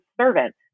servant